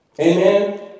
amen